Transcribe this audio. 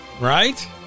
Right